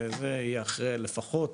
יהיה לפחות